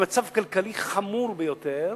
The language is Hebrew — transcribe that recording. במצב כלכלי חמור ביותר,